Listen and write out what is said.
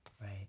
right